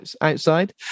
outside